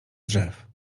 drzew